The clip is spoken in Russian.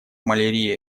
малярия